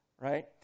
right